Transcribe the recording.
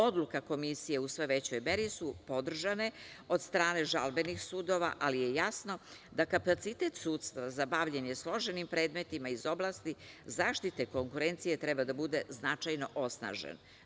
Odluka Komisije u sve većoj meri su podržane od strane žalbenih sudova, ali je jasno da kapacitet sudstva za bavljenje složenim predmetima iz oblasti zaštite konkurencije treba da bude značajno osnažen.